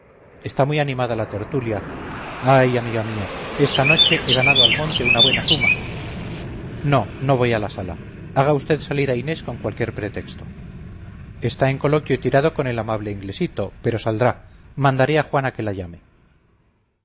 está muy animada la tertulia ay amiga mía esta noche he ganado al monte una buena suma no no voy a la sala haga usted salir a inés con cualquier pretexto está en coloquio tirado con el amable inglesito pero saldrá mandaré a juana que la llame